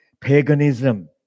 paganism